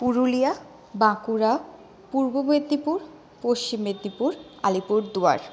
Purulia Bankura Purba Medinipur Paschim Medinipur Alipurduar